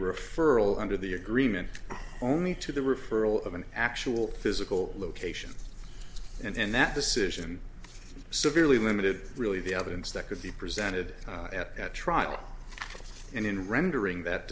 referral under the agreement only to the referral of an actual physical location and that decision severely limited really the evidence that could be presented at trial and in rendering that